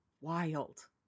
wild